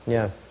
Yes